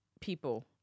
people